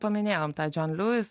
paminėjom tą džon liuis